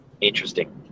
interesting